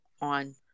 on